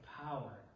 power